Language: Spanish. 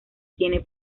tiene